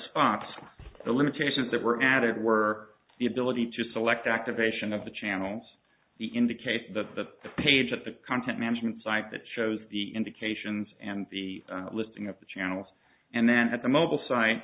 spots the limitations that were added were the ability to select activation of the channels he indicated that the page at the content management site that shows the indications and the listing of the channels and then had the mobile si